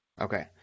Okay